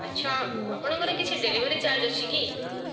ଆଚ୍ଛା ଆପଣଙ୍କର କିଛିି ଡେଲିଭରି ଚାର୍ଜ୍ ଅଛି କି